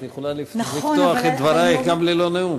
את יכולה לפתוח את דברייך גם ללא נאום.